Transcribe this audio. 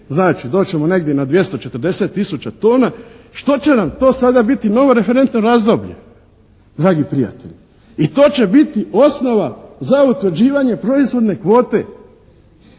znači doći ćemo negdje na 240 tisuća tona što će nam to sada biti nova referentno razdoblje, dragi prijatelji. I to će biti osnova za utvrđivanje proizvodne kvote.